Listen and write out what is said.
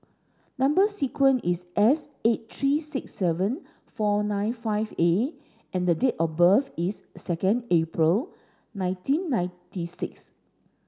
number sequence is S eight three six seven four nine five A and the date of birth is second April nineteen ninety six